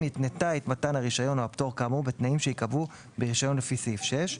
התנתה את מתן הרישיון או הפטור כאמור בתנאים שייקבעו ברישיון לפי סעיף 6,